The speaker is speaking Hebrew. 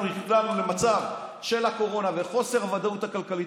שאנחנו בעצם נקלענו למצב של הקורונה וחוסר ודאות כלכלית,